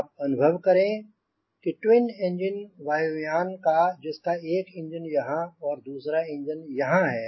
आप अनुभव करें कि ट्विन इंजन वायुयान का जिसका एक इंजन यहांँ और दूसरा इंजन यहांँ है